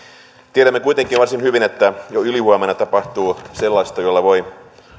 tiedämme kuitenkin varsin hyvin että jo ylihuomenna tapahtuu sellaista jolla voi